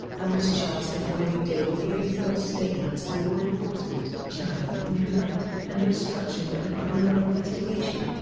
um was charged the following day with giving false statements to law enforcement, child neglect, and obstruction of a criminal investigation.